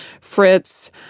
Fritz